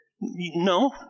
No